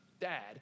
dad